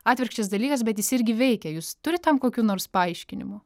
atvirkščias dalykas bet jis irgi veikia jūs turit tam kokių nors paaiškinimų